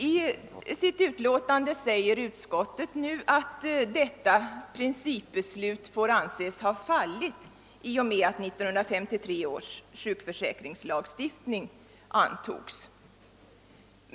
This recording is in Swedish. I sitt utlåtande anför utskottet att detta principbeslut får anses ha fallit i och med att 1953 års sjukförsäkringslagstiftning antogs.